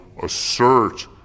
assert